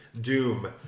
Doom